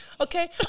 Okay